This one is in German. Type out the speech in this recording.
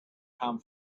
kam